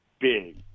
big